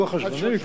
לוח הזמנים?